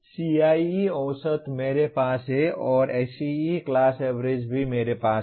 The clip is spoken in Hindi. CIE औसत मेरे पास है और SEE क्लास एवरेज भी जो मेरे पास है